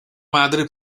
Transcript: madre